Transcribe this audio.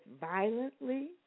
violently